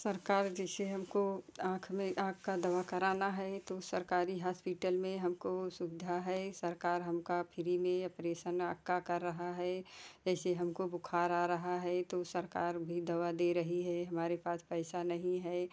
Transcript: सरकार जैसे हमको आँख में आँख का दवा करना है तो सरकारी हास्पिटल में हमको वो सुविधा है सरकार हमका फ्री में अपरेसन आँख का कर रहा है जैसे हमको बुखार आ रहा है तो सरकार भी दवा दे रही है हमारे पास पैसा नहीं है